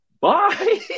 Bye